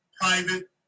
private